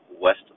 West